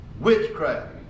witchcraft